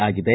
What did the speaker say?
ಆಗಿದೆ